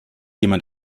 jemand